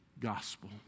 gospel